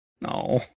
No